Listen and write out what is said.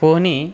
पोहणे